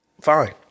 Fine